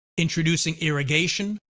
introducing irrigation,